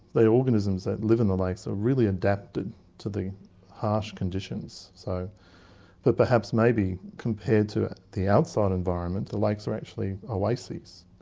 the organisms that live in the lakes are really adapted to the harsh conditions, so but perhaps maybe compared to the outside environment the lakes are actually oases,